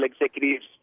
executives